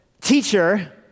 Teacher